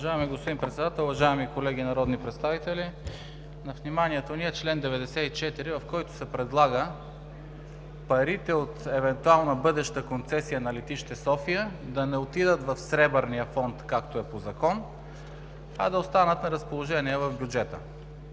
Уважаеми господин Председател, уважаеми колеги народни представители, на вниманието ни е чл. 94, в който се предлага парите от евентуална бъдеща концесия на Летище София да не отидат в Сребърния фонд, както е по закон, а да останат на разположение в бюджета.